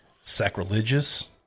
sacrilegious